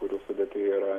kurių sudėty yra